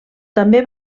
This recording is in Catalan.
també